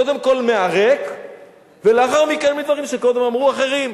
קודם כול מהריק ולאחר מכן מדברים שקודם אמרו אחרים,